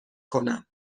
کنم